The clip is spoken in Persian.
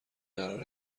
قراره